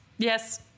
Yes